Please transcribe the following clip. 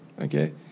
okay